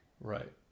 Right